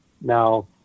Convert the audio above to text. Now